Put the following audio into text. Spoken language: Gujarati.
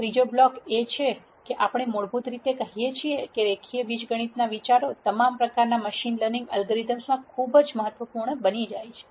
ત્રીજો બ્લોક એ છે કે આપણે મૂળભૂત રીતે કહીએ છીએ કે રેખીય બીજગણિતના વિચારો તમામ પ્રકારના મશીન લર્નિંગ એલ્ગોરિધમ્સ માં ખૂબ જ મહત્વપૂર્ણ બની જાય છે